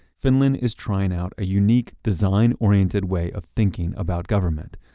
finland is trying out a unique design-oriented way of thinking about government.